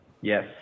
Yes